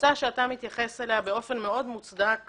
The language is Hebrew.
הקבוצה שאתה מתייחס אליה באופן מאוד מוצדק ונכון,